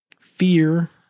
Fear